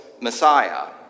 Messiah